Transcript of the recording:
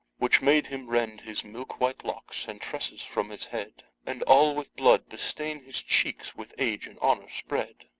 which made him rend his milk-white locks and tresses from his head, and all with blood bestain his cheeks, with age and honour spread.